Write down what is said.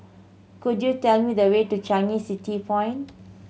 could you tell me the way to Changi City Point